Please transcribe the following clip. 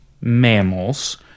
mammals